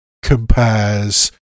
compares